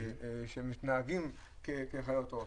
כאלה שמתנהגים כחיות רעות.